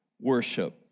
worship